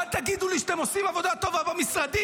אל תגידו לי שאתם עושים עבודה טובה במשרדים.